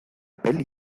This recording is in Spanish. peli